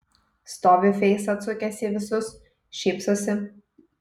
stovi feisą atsukęs į visus šypsosi